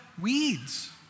weeds